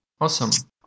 Awesome